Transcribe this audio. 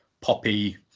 poppy